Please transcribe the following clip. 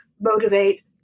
motivate